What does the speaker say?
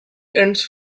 ends